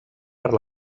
per